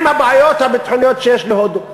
עם הבעיות הביטחוניות שיש להודו.